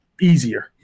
easier